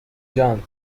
جان